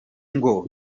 ngo